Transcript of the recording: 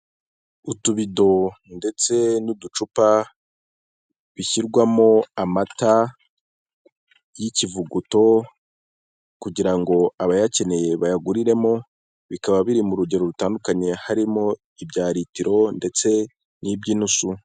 Utubido ndetse n'uducupa, bishyirwamo amata y'ikivuguto, kugira ngo abayakeneye bayaguriremo, bikaba biri mu rugero rutandukanye, harimo ibya litiro ndetse n'iby'inusu.